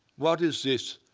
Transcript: what is this?